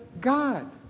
God